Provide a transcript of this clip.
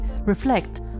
reflect